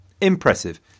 Impressive